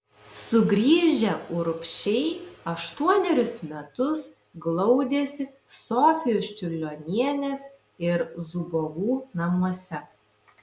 sugrįžę urbšiai aštuonerius metus glaudėsi sofijos čiurlionienės ir zubovų namuose